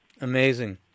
Amazing